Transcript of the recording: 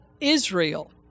Israel